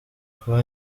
kuba